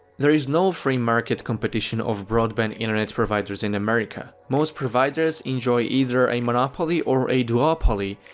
there is no free market competition of broadband internet providers in america. most providers enjoy either a monopoly or a duopoly,